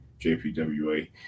jpwa